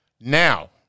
Now